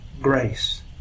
grace